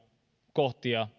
kohtia